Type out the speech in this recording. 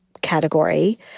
category